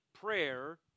prayer